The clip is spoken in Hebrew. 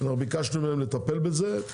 ביקשנו מהם לטפל בזה.